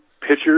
pitchers